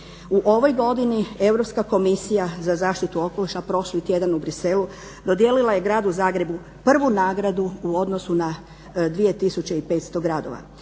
U ovoj godini Europska komisija za zaštitu okoliša prošli tjedan u Bruxellesu dodijelila je Gradu Zagrebu 1. nagradu u odnosu na 2500 gradova.